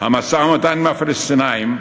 המשא-ומתן עם הפלסטינים,